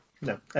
No